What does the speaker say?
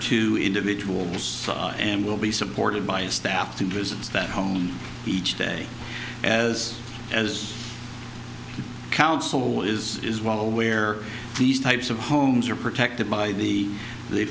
two individuals and will be supported by staff to visits that home each day as as council is is well aware these types of homes are protected by the the